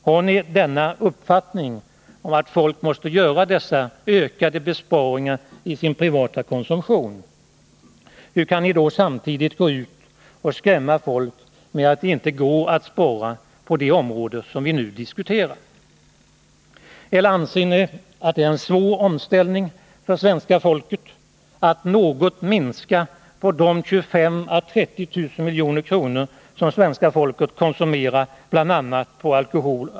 Har ni uppfattningen att folk måste göra dessa ökade besparingar i sin privata konsumtion? Hur kan ni då samtidigt gå ut och skrämma folk med att det inte går att spara på det område som vi nu diskuterar? v NN Besparingar i Eller anser ni att det är en svår omställning för svenska folket att något statsverksamheten, minska de 25-30 miljarder kronor som svenska folket lägger ned på bl.a. mm.m.